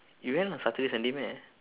you went on saturday sunday meh